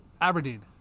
Aberdeen